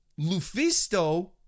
Lufisto